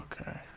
okay